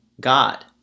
god